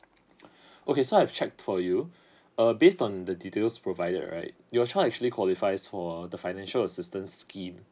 okay so I've checked for you uh based on the details provided right your child actually qualifies for uh the financial assistance scheme